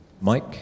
Mike